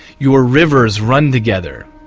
your rivers run together,